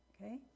Okay